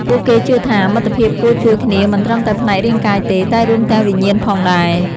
ពួកគេជឿថា មិត្តភាពគួរជួយគ្នាមិនត្រឹមតែផ្នែករាងកាយទេ តែរួមទាំងវិញ្ញាណផងដែរ។